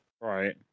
Right